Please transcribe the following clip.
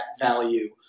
value